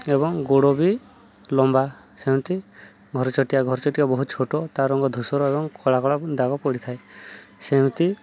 ଏବଂ ଗୋଡ଼ ବି ଲମ୍ବା ସେମିତି ଘରଚଟିଆ ଘରଚଟିଆ ବହୁତ ଛୋଟ ତାର ରଙ୍ଗ ଧୂସର ଏବଂ କଳା କଳା ଦାଗ ପଡ଼ିଥାଏ ସେମିତି